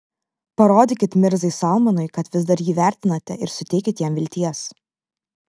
parodykit mirzai salmanui kad vis dar jį vertinate ir suteikit jam vilties